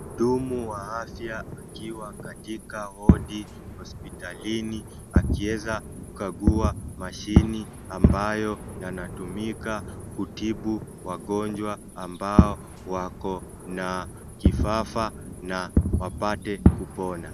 Dumu wa afya akiwa katika wodi hospitalini akiweza kukagua mashini ambayo yanatumika kutibu wagonjwa ambao wako na kifafa na wapate kupona.